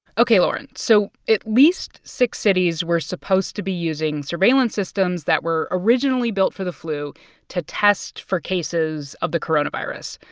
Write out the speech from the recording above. ok, lauren. so at least six cities were supposed to be using surveillance systems that were originally built for the flu to test for cases of the coronavirus.